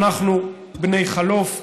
אנחנו בני חלוף,